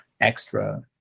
extra